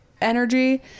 energy